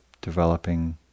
developing